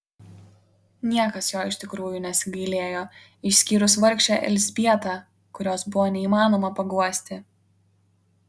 niekas jo iš tikrųjų nesigailėjo išskyrus vargšę elzbietą kurios buvo neįmanoma paguosti